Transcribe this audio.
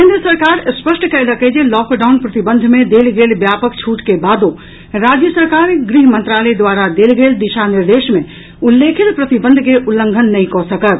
केन्द्र सरकार स्पष्ट कयलक अछि जे लॉकडाउन प्रतिबंध मे देल गेल व्यापक छूट के बादो राज्य सरकार गृह मंत्रालय द्वारा देल गेल दिशा निर्देश मे उल्लेखित प्रतिबंध के उल्लंघन नहि कऽ सकत